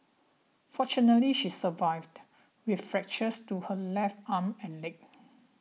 fortunately she survived with fractures to her left arm and leg